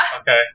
okay